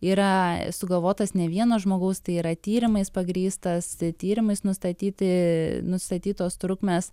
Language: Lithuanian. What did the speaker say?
yra sugalvotas ne vieno žmogaus tai yra tyrimais pagrįstas tyrimais nustatyti nustatytos trukmės